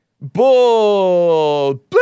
...bull